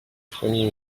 premier